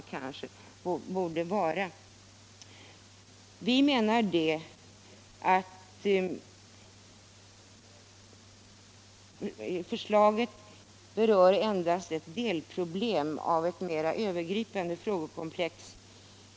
Vi menar alt förslaget berör endast ett delproblem i eu mera övergripande frågekomplex.